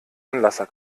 anlasser